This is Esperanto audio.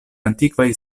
antikvaj